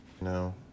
No